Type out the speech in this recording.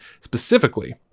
specifically